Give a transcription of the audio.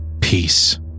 Peace